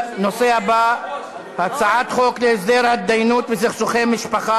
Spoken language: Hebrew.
הבא: הצעת חוק להסדר התדיינויות בסכסוכי משפחה